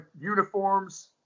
uniforms